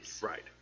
Right